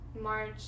March